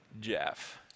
Jeff